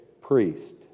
priest